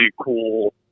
cool